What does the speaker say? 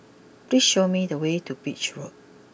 please show me the way to Beach Road